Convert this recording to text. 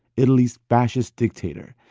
italy's fascist dictator.